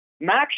Max